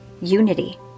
Unity